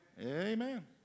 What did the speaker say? amen